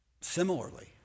similarly